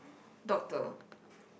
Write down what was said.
doctor